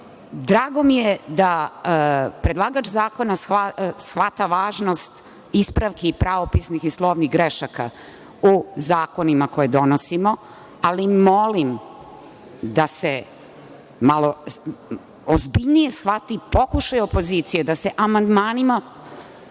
mi je da predlagač zakona shvata važnost ispravki pravopisnih i slovnih grešaka u zakonima koje donosimo, ali molim da se malo ozbiljnije shvati pokušaj opozicije, da se amandmanima